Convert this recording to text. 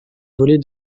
volée